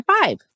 five